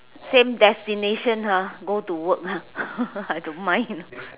same destination ha go to work ah I don't mind